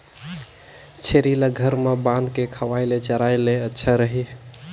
छेरी ल घर म बांध के खवाय ले चराय ले अच्छा रही?